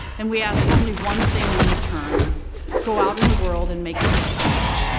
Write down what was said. and we ask only one thing in return go out in the world and make a difference.